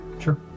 Sure